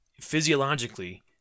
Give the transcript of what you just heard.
physiologically